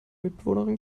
mitbewohnerin